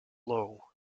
low